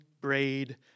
braid